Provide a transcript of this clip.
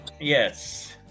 Yes